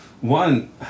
one